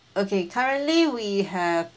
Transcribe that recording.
okay currently we have